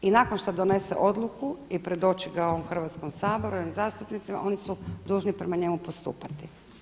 I nakon što donese odluku i predoči ga ovom Hrvatskom saboru, ovim zastupnicima oni su dužni prema njemu postupati.